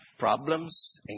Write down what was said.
problems